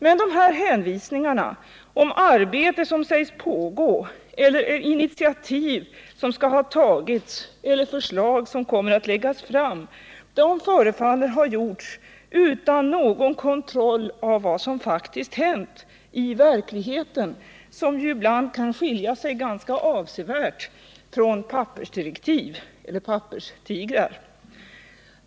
Men de här hänvisningarna till arbete som sägs pågå eller initiativ som skall ha tagits eller förslag som kommer att läggas fram förefaller ha gjorts utan någon kontroll av vad som faktiskt har hänt i verkligheten, som ibland kan — Nr 52 skilja sig ganska avsevärt från pappersdirektiv eller papperstigrar.